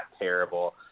terrible